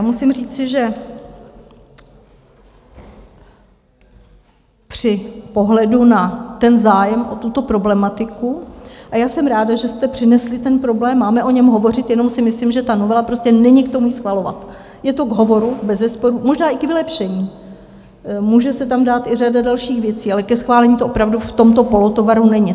Musím říci, že při pohledu na zájem o tuto problematiku a jsem ráda, že jste přinesli ten problém, máme o něm hovořit, jenom si myslím, že ta novela prostě není k tomu, ji schvalovat, je to k hovoru bezesporu, možná i k vylepšení, může se tam dát i řada dalších věcí, ale ke schválení to opravdu v tomto polotovaru není.